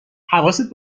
حواست